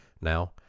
now